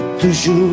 toujours